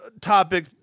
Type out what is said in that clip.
topic